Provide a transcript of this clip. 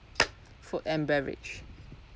food and beverage